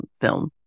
film